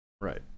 Right